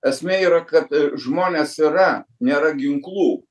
esmė yra kad žmonės yra nėra ginklų